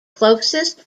closest